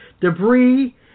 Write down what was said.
debris